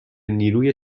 نیروی